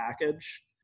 package